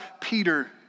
Peter